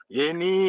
Yeni